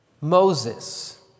Moses